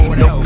no